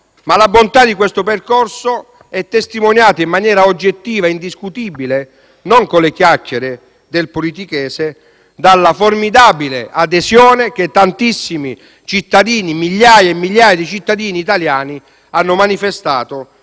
41. La bontà di questo percorso è testimoniata in maniera oggettiva e indiscutibile non dalle chiacchiere del politichese, ma dalla formidabile adesione che tantissimi cittadini, migliaia e migliaia di cittadini italiani, hanno manifestato